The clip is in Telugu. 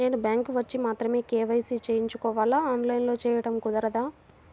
నేను బ్యాంక్ వచ్చి మాత్రమే కే.వై.సి చేయించుకోవాలా? ఆన్లైన్లో చేయటం కుదరదా?